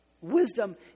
Wisdom